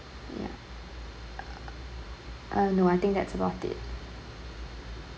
yup oh no I think that's about it